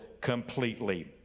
completely